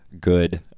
good